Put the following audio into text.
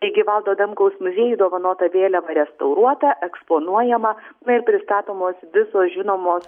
taigi valdo adamkaus muziejui dovanota vėliava restauruota eksponuojama na ir pristatomos visos žinomos